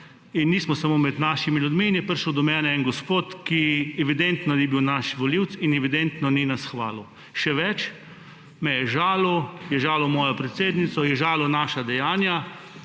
In nismo samo med našimi ljudmi. Prišel je do mene en gospod, ki evidentno ni bil naš volivec in evidentno ni nas hvalil. Še več, me je žalil, je žalil mojo predsednico, je žalil naša dejanja.